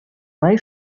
май